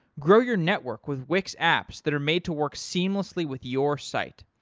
grow your network with wix apps that are made to work seamlessly with your site,